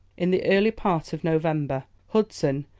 in the early part of november, hudson,